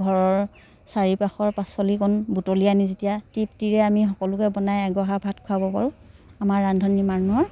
ঘৰৰ চাৰিওপাশৰ পাচলিকণ বুটলি আনি যেতিয়া তৃপ্তিৰে আমি সকলোকে বনাই এক গড়া ভাত খোৱাব পাৰোঁ আমাৰ ৰান্ধনি মানুহৰ